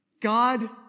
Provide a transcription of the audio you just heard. God